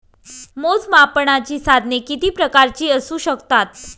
मोजमापनाची साधने किती प्रकारची असू शकतात?